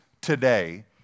today